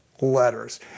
letters